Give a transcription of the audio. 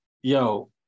Yo